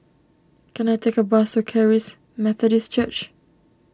can I take a bus to Charis Methodist Church